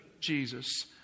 Jesus